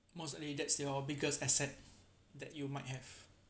most rated your biggest asset that you might have